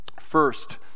First